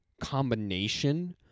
combination